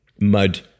mud